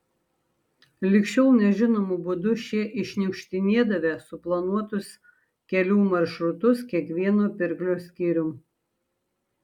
lig šiol nežinomu būdu šie iššniukštinėdavę suplanuotus kelių maršrutus kiekvieno pirklio skyrium